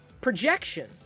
projection